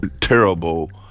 terrible